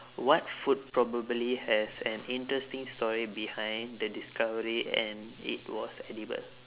what food probably has an interesting story behind the discovery and it was edible